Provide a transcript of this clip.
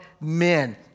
men